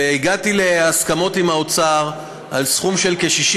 והגעתי להסכמות עם האוצר על סכום של כ-60